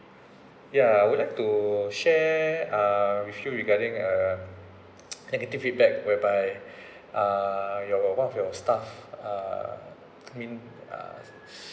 ya I would like to share uh with you regarding a negative feedback whereby uh your one of your staff uh I mean uh